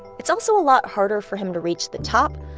it's also a lot harder for him to reach the top,